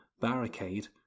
barricade